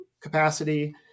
capacity